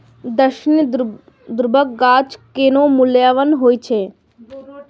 दक्षिणी ध्रुवक गाछ कने मोलायम होइ छै